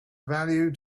value